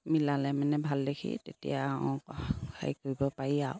মিলালে মানে ভাল দেখি তেতিয়া সেই কৰিব পাৰি আৰু